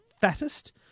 fattest